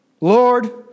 Lord